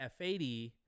F80—